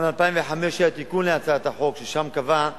גם ב-2005 היה תיקון להצעת החוק, ושם קבעה